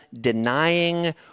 denying